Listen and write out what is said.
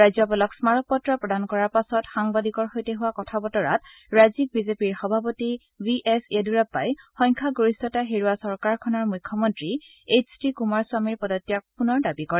ৰাজ্যপালক স্মাৰকপত্ৰ প্ৰদান কৰাৰ পাছত সাংবাদিকৰ সৈতে হোৱা কথা বতৰাত ৰাজ্যিক বিজেপিৰ সভাপতি বি এছ য়েদুৰাগ্পাই সংখ্যাগৰিষ্ঠতা হেৰুওৱা চৰকাৰখনৰ মুখ্যমন্ত্ৰী এইচ ডি কুমাৰস্বামীৰ পদত্যাগ পুনৰ দাবী কৰে